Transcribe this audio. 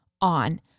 on